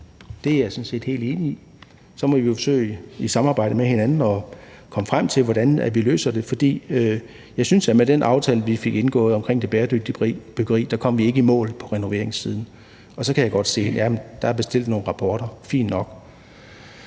sådan set helt enig i. Så må vi jo forsøge i samarbejde med hinanden at komme frem til, hvordan vi løser det. For jeg synes, at med den aftale, vi fik indgået om det bæredygtige byggeri, kom vi ikke i mål på renoveringssiden. Så kan jeg godt se, at der er bestilt nogle rapporter – fint nok